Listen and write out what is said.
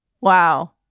Wow